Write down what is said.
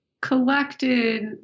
collected